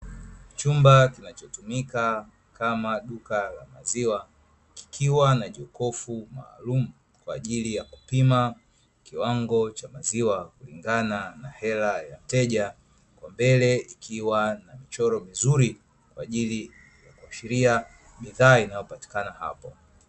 Chumba kinachotumika kama duka la maziwa, kikiwa na jokofu maalumu kwa ajili ya kupima kiwango cha maziwa kulingana na hela ya mteja, kwa mbele kikiwa na michoro mizuri kwa ajili ya kuashiria bidhaa inayopatikana hapo.